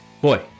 Boy